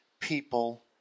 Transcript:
people